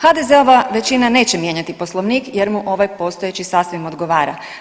HDZ-ova većina neće mijenjati Poslovnik jer mu ovaj postojeći sasvim odgovara.